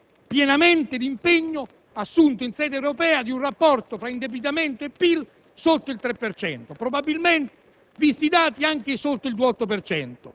mantenendo pienamente l'impegno assunto in sede europea di un rapporto tra indebitamento e PIL sotto il 3 per cento